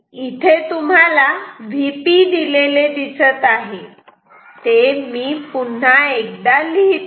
इथे तुम्हाला Vp दिलेले दिसत आहे ते मी पुन्हा एकदा लिहितो